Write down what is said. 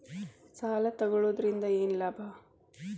ಸಾಲ ತಗೊಳ್ಳುವುದರಿಂದ ಏನ್ ಲಾಭ?